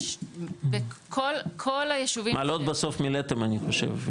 יש בכל היישובים --- מעלות בסוף מילאתם, נכון?